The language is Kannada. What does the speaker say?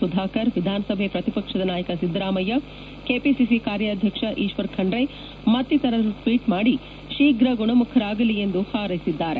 ಸುಧಾಕರ್ ವಿಧಾನಸಭೆ ಪ್ರತಿಪಕ್ಷ ನಾಯಕ ಸಿದ್ದರಾಮಯ್ಯ ಕೆಪಿಸಿಸಿ ಕಾರ್ಯಾಧ್ಯಕ್ಷ ಈಶ್ವರ್ ಖಂಡ್ರೆ ಮತ್ತಿತರರು ಟ್ವೀಟ್ ಮಾದಿ ಶೀಫ್ರ ಗುಣಮುಖರಾಗಲಿ ಎಂದು ಹಾರ್ೈಸಿದ್ದಾರೆ